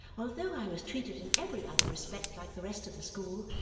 although i was treated in every other respect like the rest of the school,